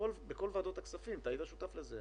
בכל ועדות הכספים היית שותף לזה,